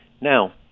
now